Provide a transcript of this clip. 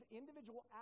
individual